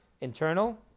internal